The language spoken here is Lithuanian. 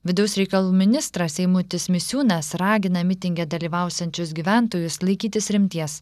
vidaus reikalų ministras eimutis misiūnas ragina mitinge dalyvausiančius gyventojus laikytis rimties